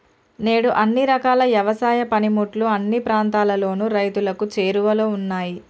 నేడు అన్ని రకాల యవసాయ పనిముట్లు అన్ని ప్రాంతాలలోను రైతులకు చేరువలో ఉన్నాయి